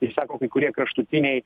išsako kai kurie kraštutiniai